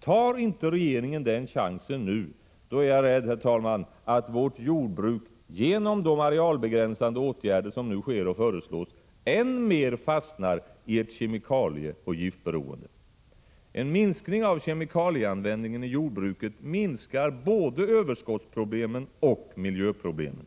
Tar inte regeringen den chansen nu, då är jag rädd, herr talman, att vårt jordbruk, genom de arealbegränsande åtgärder som nu vidtas och föreslås, än mer fastnar i ett kemikalieoch giftberoende. En minskning av kemikalieanvändningen i jordbruket minskar både överskottsproblemen och miljöproblemen.